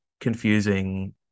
confusing